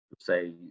say